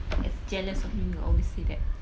that's jealous of me will always say that